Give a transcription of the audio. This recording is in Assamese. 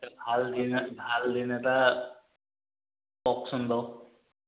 ভাল দিনে এট ভাল দিন এটা কওকচোন বাৰু